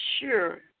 sure